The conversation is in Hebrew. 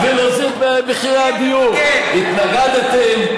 התיירות, התנגדתם.